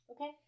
okay